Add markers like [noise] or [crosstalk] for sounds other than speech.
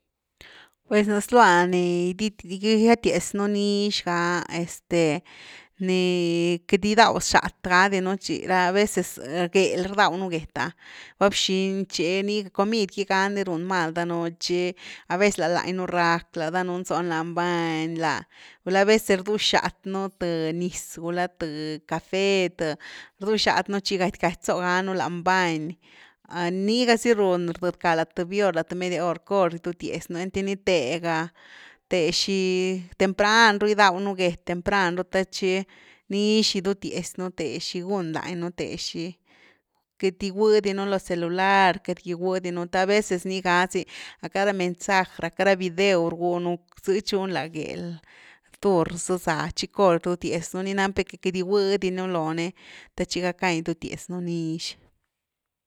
Pues na zlua ni [unintelligible] gidutiaz nú bnix ga’a este ni queity gidaw xath ga di nú tchi, a veces gél rdaw nú gét’a va bxiny tchi ni comid gagui ni run mal danuun tchi a veces la lany nú rqack la danunú zonu lan bañ la, gulá aveces rdu xath nú th niz, gulá th café th rdu xath nú tchi gaty gaty zonu lan bañ, niga zi run rdëdcka th bior, th media hor, cor gifutiaz nú, einty val’na thega, te xi, tempran ru gidaw nú get, temrpan ru the tchi nix gidutiaz nú, the xi gun lany nú, th xi, queity gigui di nú lo celular queity giguidi nú, a veces ni ga zi, lacka ra mensaj, lacka ra vide’w rgui nú ze tchunu la gél dur zaza tchi cor gidutiaz npu ni nap nú que queity giguidi nú lo ni te tchi gackan gidutiaz nú nix.